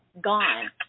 gone